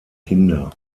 kinder